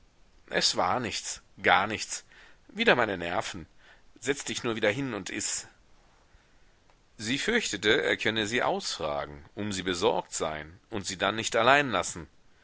es war nichts gar nichts wieder meine nerven setz dich nur wieder hin und iß sie fürchtete er könne sie ausfragen um sie besorgt sein und sie dann nicht allein lassen